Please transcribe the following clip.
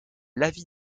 l’avis